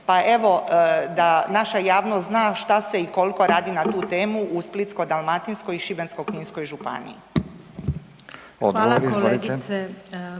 Pa evo da naša javnost zna što se i koliko radi na tu temu u Splitsko-dalmatinskoj i Šibensko-kninskoj županiji.